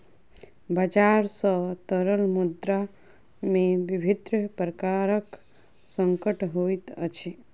बजार सॅ तरल मुद्रा में विभिन्न प्रकारक संकट होइत अछि